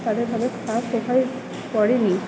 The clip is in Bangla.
খারাপ পড়ে নি